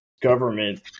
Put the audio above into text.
government